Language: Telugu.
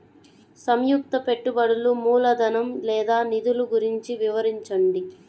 సంయుక్త పెట్టుబడులు మూలధనం లేదా నిధులు గురించి వివరించండి?